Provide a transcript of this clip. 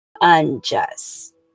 unjust